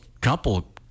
couple